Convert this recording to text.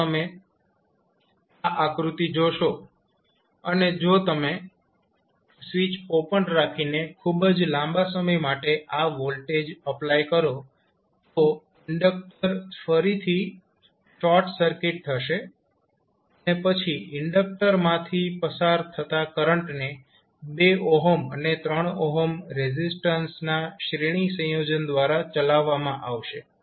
જો તમે આ આકૃતિ જોશો અને જો તમે સ્વીચ ઓપન રાખીને ખૂબ જ લાંબા સમય માટે આ વોલ્ટેજ એપ્લાય કરો તો ઇન્ડક્ટર ફરીથી શોર્ટ સર્કિટ થશે અને પછી ઇન્ડકટર માંથી પસાર થતા કરંટને 2 અને 3 રેઝિસ્ટન્સના શ્રેણી સંયોજન દ્વારા ચલાવવામાં આવશે